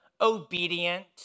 obedient